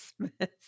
Christmas